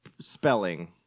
spelling